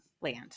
land